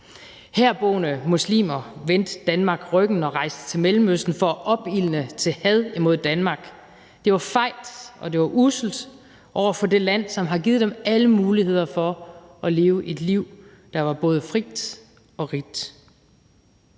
Herboende muslimer vendte Danmark ryggen og rejste til Mellemøsten for at opildne til had imod Danmark. Det var fejt, og det var usselt over for det land, som har givet dem alle muligheder for at leve et liv, der var både frit og rigt.